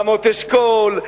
רמות-אשכול,